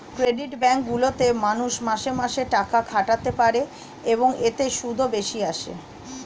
credit bank গুলিতে মানুষ মাসে মাসে টাকা খাটাতে পারে, এবং এতে সুদও বেশি আসে